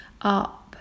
Up